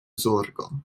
zorgo